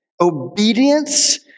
obedience